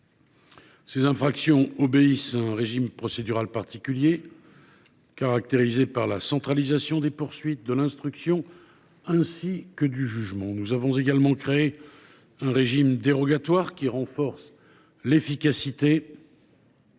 Ces infractions relèvent d’un régime procédural particulier, caractérisé par la centralisation des poursuites, de l’instruction et du jugement. Nous avons également créé un régime dérogatoire qui renforce l’efficacité